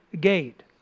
gate